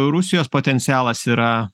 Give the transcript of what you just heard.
rusijos potencialas yra